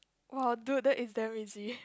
!wow! dude that is damn easy